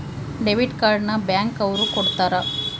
debit card ನ bank ಅವ್ರು ಕೊಡ್ತಾರ